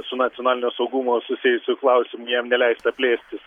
su nacionalinio saugumo susijusiu klausimu jam neleista plėstis